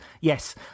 Yes